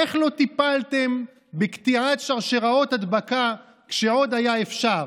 איך לא טיפלתם בקטיעת שרשראות ההדבקה כשעוד היה אפשר?